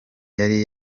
yari